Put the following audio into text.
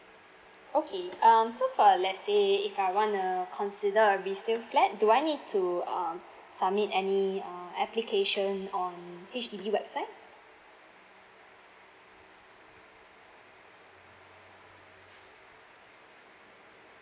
okay um so for let's say if I want a consider a resale flat do I need to um submit any uh application on H_D_B website